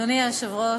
אדוני היושב-ראש,